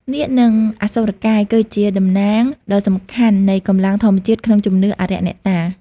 នាគ និង អសុរកាយ គឺជាតំណាងដ៏សំខាន់នៃកម្លាំងធម្មជាតិក្នុងជំនឿអារក្សអ្នកតា។